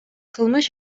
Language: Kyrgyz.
кылмыш